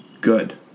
good